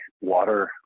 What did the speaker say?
water